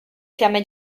fiamme